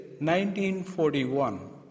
1941